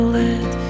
let